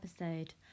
episode